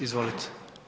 Izvolite.